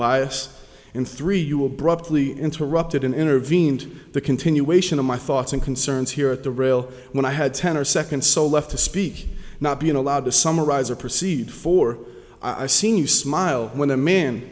bias in three you abruptly interrupted in intervened the continuation of my thoughts and concerns here at the rail when i had ten or second so left to speak not being allowed to summarize or proceed for i seen you smile when the man